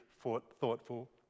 thoughtful